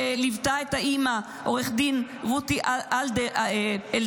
שליוותה את האימא עו"ד רותי אלדר,